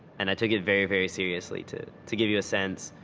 and i took it very, very seriously. to, to give you a sense,